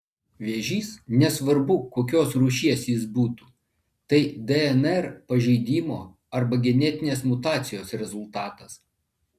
vėžys nesvarbu kokios rūšies jis būtų tai dnr pažeidimo arba genetinės mutacijos rezultatas